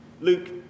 Luke